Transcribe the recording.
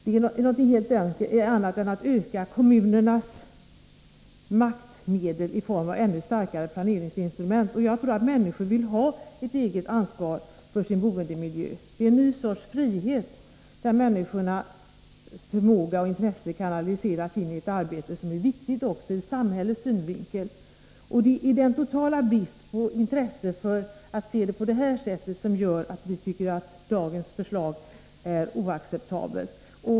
Det är någonting helt annat än att öka kommunens maktmedel i form av ännu starkare planeringsinstrument. Jag tror att människor vill ha ett eget ansvar för sin boendemiljö. Det är en ny sorts frihet där människornas förmåga och intresse kanaliseras in i ett arbete som är viktigt också ur samhällets synvinkel. Det är den totala bristen på intresse för att se frågan på detta sätt som gör att vi tycker att dagens förslag är oacceptabelt.